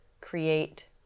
create